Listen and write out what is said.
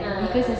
ah ah